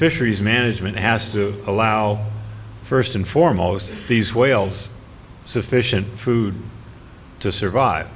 fisheries management has to allow first and foremost these whales sufficient food to survive